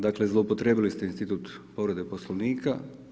Dakle zloupotrijebili ste institut povrede Poslovnika.